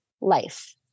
life